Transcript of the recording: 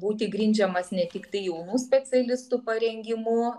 būti grindžiamas ne tiktai jaunų specialistų parengimu